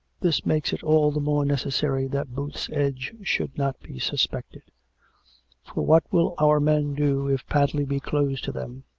this makes it all the more necessary that booth's edge should not be suspected for what will our men do if padley be closed to them